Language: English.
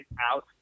out